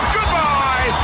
Goodbye